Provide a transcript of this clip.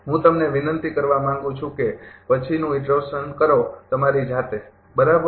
હું તમને વિનંતી કરવા માંગુ છું કે પછીનું ઈટરેશન કરો તમારી જાતે બરાબર